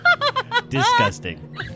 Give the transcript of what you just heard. disgusting